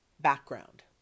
background